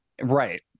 Right